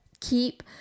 keep